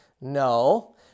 No